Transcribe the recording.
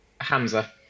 Hamza